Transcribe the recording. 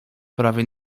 prawie